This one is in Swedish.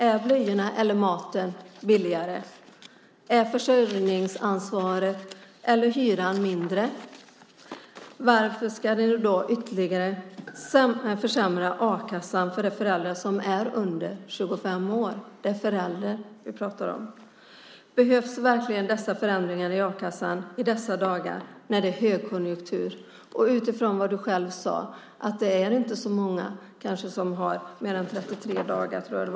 Är blöjorna eller maten billigare och är försörjningsansvaret mindre och hyran lägre när man är 24? Varför ska man försämra a-kassan för föräldrar som är under 25 år? Det är föräldrar vi pratar om. Behövs verkligen dessa förändringar i a-kassan i dessa dagar när det är högkonjunktur? Utifrån vad du själv sade är det kanske inte så många som har mer än 33 dagars arbetslöshet.